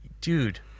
Dude